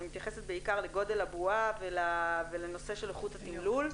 אני מתייחסת בעיקר לגודל הבועה ולנושא של איכות התמלול,